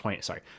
sorry